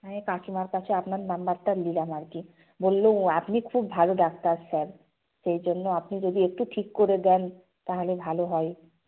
হ্যাঁ কাকিমার কাছে আপনার নাম্বারটা নিলাম আর কি বলল আপনি খুব ভালো ডাক্তার স্যার সেই জন্য আপনি যদি একটু ঠিক করে দেন তাহলে ভালো হয়